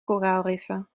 koraalriffen